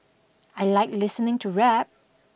I like listening to rap